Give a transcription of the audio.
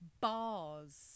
bars